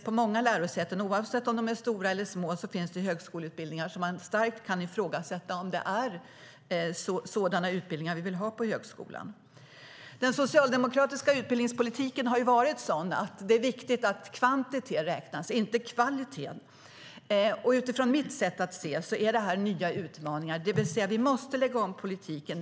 På många lärosäten, oavsett om de är stora eller små, finns det högskoleutbildningar som man starkt kan ifrågasätta. Är det sådana utbildningar vi vill ha på högskolan? Den socialdemokratiska utbildningspolitiken har varit sådan att det är viktigt att kvantitet räknas, inte kvalitet. Utifrån mitt sätt att se är det här nya utmaningar. Det betyder att vi måste lägga om politiken.